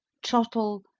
trottle,